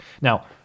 Now